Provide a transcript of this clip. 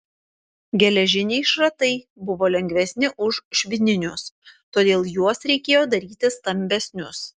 geležiniai šratai buvo lengvesni už švininius todėl juos reikėjo daryti stambesnius